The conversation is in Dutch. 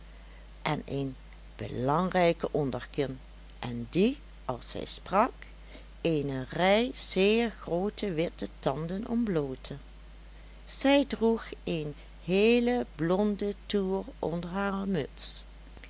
en eene belangrijke onderkin en die als zij sprak eene rij zeer groote witte tanden ontblootte zij droeg eene heele blonde toer onder hare muts